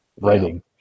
writing